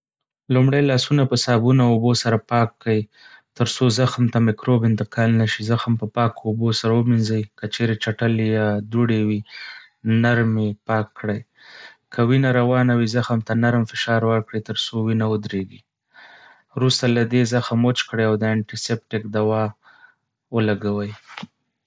لومړی، لاسونه په صابون او اوبو سره پاک کړئ، ترڅو زخم ته میکروب انتقال نه شي. زخم په پاکو اوبو سره ومینځئ، که چیرې چټلي یا دوړې وي، نرم یې پاک کړئ. که وینه روانه وي، زخم ته نرم فشار ورکړئ تر څو وینه ودریږي. وروسته له دې، زخم وچ کړئ او د انټي‌سېپټیک دوا ولګوئ.